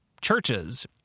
churches